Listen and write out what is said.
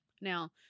Now